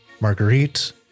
Marguerite